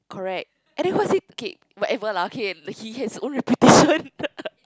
correct and it was he okay whatever lah okay he has own reputation